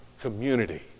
Community